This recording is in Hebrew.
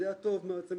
יודע טוב מה יוצא,